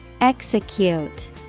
Execute